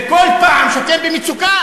וכל פעם שאתם במצוקה,